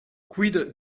quid